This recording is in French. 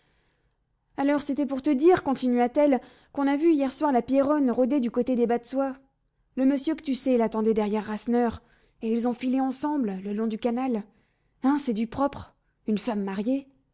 alors c'était pour te dire continua-t-elle qu'on a vu hier soir la pierronne rôder du côté des bas de soie le monsieur que tu sais l'attendait derrière rasseneur et ils ont filé ensemble le long du canal hein c'est du propre une femme mariée